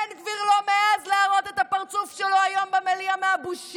בן גביר לא מעז להראות את הפרצוף שלו במליאה היום מהבושה